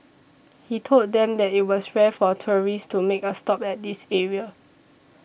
he told them that it was rare for tourists to make a stop at this area